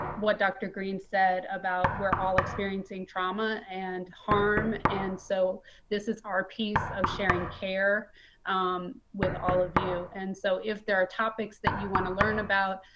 what dr. green said about we're all experiencing trauma and harm, and so this is our piece of sharing care with all of you. and so if there are topics that you want to learn about,